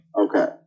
Okay